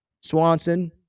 Swanson